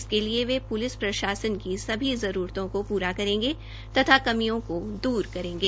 इसके लिए वे प्लिस प्रशासन की सभी जरूरतों को प्रा करेंगे तथा कमियों को दूर करेंगे